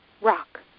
rock